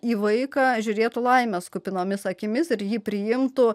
į vaiką žiūrėtų laimės kupinomis akimis ir jį priimtų